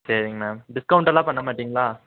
சரிங்க ma'am discount எல்லாம் பண்ண மாட்டிங்களா